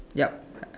yup